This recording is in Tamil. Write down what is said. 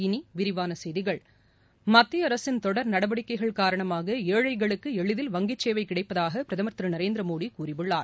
இனி விரிவான செய்திகள் மத்திய அரசின் தொடர் நடவடிக்கைகள் காரணமாக ஏழழகளுக்கு எளிதில் வங்கிச் சேவை கிடைப்பதாக பிரதமர் திரு நரேந்திர மோடி கூறியுள்ளார்